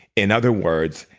in other words,